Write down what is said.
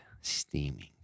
steaming